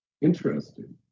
Interesting